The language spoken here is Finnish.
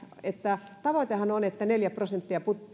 tavoitehan on että neljä prosenttia